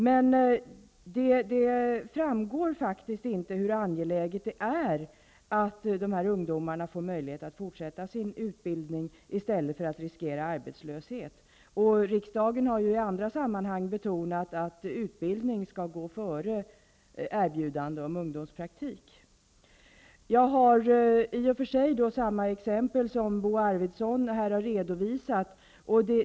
Det framgår faktiskt inte hur angeläget det är att dessa ungdomar får möjlighet att fortsätta sin utbildning i stället för att riskera arbetslöshet. Riksdagen har ju i andra sammanhang betonat att utbildning skall gå före erbjudande om ungdomspraktik. Jag har samma exempel som Bo Arvidson här redovisat.